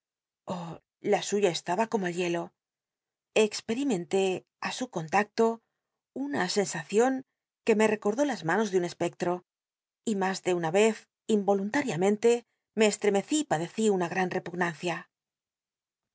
la suya estaba como el hielo expcrimenlé i su contacto una sensacion que me rccordó las manos de un espcclro y mas de una ycz irwolunlal'iamcnle me cstrcmcci y padecí una gran r'cl